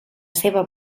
seva